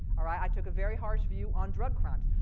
alright? i took a very harsh view on drug crimes.